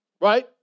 right